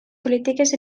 polítiques